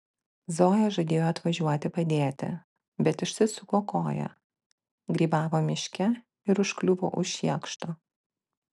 zoja žadėjo atvažiuoti padėti bet išsisuko koją grybavo miške ir užkliuvo už šiekšto